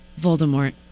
Voldemort